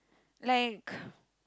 like